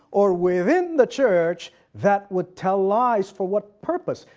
or within the church that would tell lies. for what purpose?